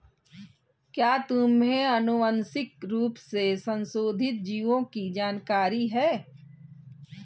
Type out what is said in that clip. क्या तुम्हें आनुवंशिक रूप से संशोधित जीवों की जानकारी है?